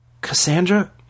Cassandra